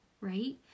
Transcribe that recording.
right